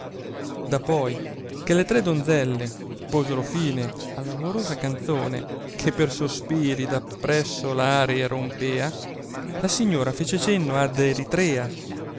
zelo dapoi che le tre donzelle posero fine all amorosa canzone che per sospiri da presso l'aere rompea la signora fece cenno ad eritrea